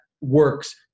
works